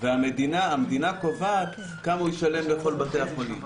והמדינה קובעת כמה הוא ישלם לכל בתי החולים.